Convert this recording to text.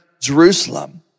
Jerusalem